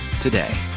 today